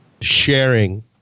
sharing